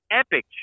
epic